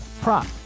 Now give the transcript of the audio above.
prop